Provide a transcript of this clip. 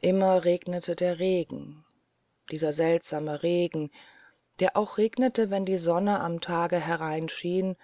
immer regnete der regen dieser seltsame regen der auch regnete wenn die sonne am tage hereinschien